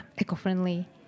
eco-friendly